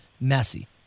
messy